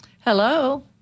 Hello